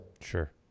sure